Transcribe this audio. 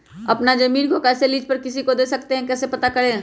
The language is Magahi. अपना जमीन को कैसे लीज पर किसी को दे सकते है कैसे पता करें?